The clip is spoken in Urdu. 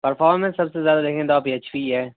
پرفارمنس سب سے زیادہ دیکھیں گے تو آپ ایچ پی ہی ہے